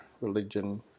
religion